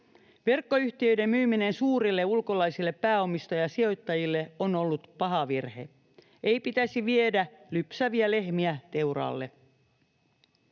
Verkkoyhtiöiden myyminen suurille ulkolaisille pääomistajasijoittajille on ollut paha virhe. Ei pitäisi viedä lypsäviä lehmiä teuraalle.